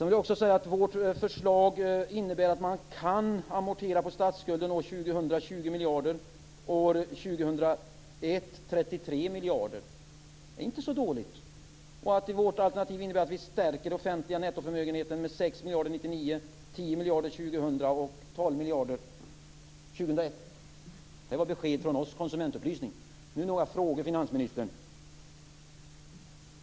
Vänsterpartiets förslag innebär att man kan amortera på statsskulden år 2000 med 20 miljarder kronor och år 2001 med 33 miljarder. Det är inte så dåligt! Vårt alternativ innebär att vi stärker den offentliga nettoförmögenheten med 6 miljarder kronor år 1999, 10 miljarder år 2000 och 12 miljarder år 2001. Det var besked från oss - konsumentupplysning! Nu har jag några frågor, finansministern.